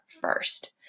first